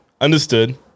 understood